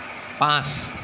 পাঁচ